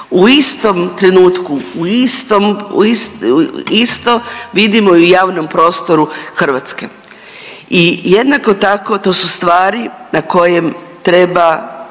u istom trenutku, u isto vidimo i u javnom prostoru Hrvatske. I jednako tako to su stvari na kojem treba